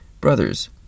Brothers